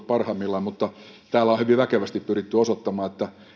parhaimmillaan mutta täällä on hyvin väkevästi pyritty osoittamaan että